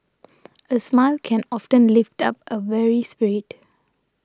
a smile can often lift up a weary spirit